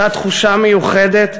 אותה תחושה מיוחדת